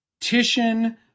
Titian